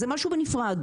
זה משהו בנפרד.